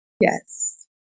Yes